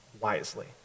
wisely